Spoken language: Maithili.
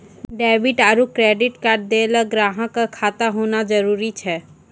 डेबिट आरू क्रेडिट कार्ड दैय ल ग्राहक क खाता होना जरूरी छै